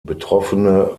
betroffene